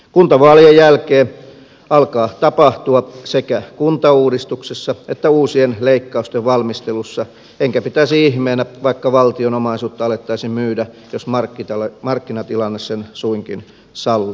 kuntavaalien jälkeen alkaa tapahtua sekä kuntauudistuksessa että uusien leikkausten valmistelussa enkä pitäisi ihmeenä vaikka valtionomaisuutta alettaisiin myydä jos markkinatilanne sen suinkin sallii